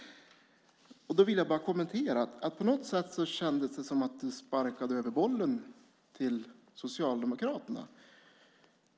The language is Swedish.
Då vill jag bara kommentera detta. På något sätt kändes det som att ministern sparkade över bollen till Socialdemokraterna.